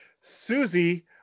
Susie